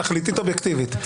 זה תכליתית, אובייקטיבית.